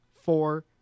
four